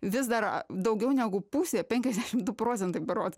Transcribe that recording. vis dar a daugiau negu pusė penkiasdešimt du procentai berods